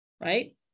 right